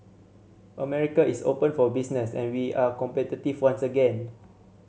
America is open for business and we are competitive once again